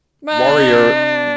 Warrior